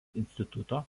instituto